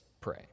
pray